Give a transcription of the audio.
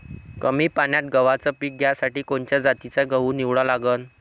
कमी पान्यात गव्हाचं पीक घ्यासाठी कोनच्या जातीचा गहू निवडा लागन?